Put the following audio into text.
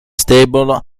stable